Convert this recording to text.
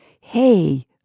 Hey